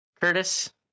Curtis